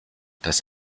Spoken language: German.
das